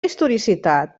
historicitat